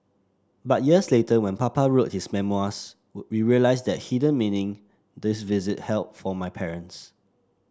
but years later when Papa wrote his memoirs we realised the hidden meaning this visit held for my parents